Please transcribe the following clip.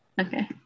Okay